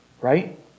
right